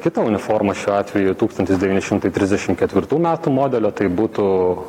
kitą uniformą šiuo atveju tūkstantis devyni šimtai trisdešim ketvirtų metų modelio tai būtų